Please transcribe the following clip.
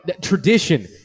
Tradition